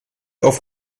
auf